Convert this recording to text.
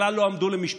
בכלל לא עמדו למשפט.